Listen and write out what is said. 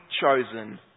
chosen